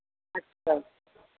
अच्छा